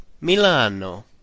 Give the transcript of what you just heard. Milano